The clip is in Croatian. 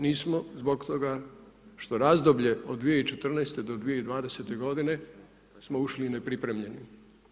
Nismo zbog toga što u razdoblje od 2014. do 2020. godine smo ušli nepripremljeni.